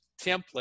template